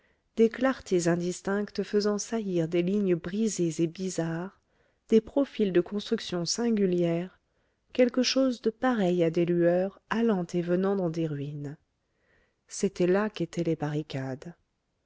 des clartés indistinctes faisant saillir des lignes brisées et bizarres des profils de constructions singulières quelque chose de pareil à des lueurs allant et venant dans des ruines c'est là qu'étaient les barricades